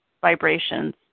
vibrations